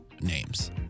names